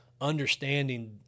understanding